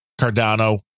Cardano